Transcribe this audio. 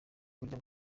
burya